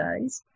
days